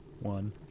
one